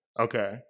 Okay